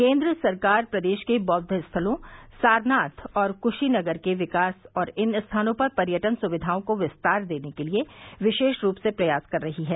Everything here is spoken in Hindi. केन्द्र सरकार प्रदेश के बौद्व स्थलों सारनाथ और कुशीनगर के विकास और इन स्थानों पर पर्यटन सुविघाओं को विस्तार देने के लिये विशेष रूप से प्रयास कर रही है